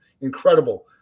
incredible